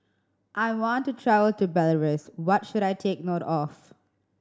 I want to travel to Belarus what should I take note of